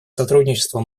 сотрудничества